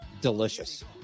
Delicious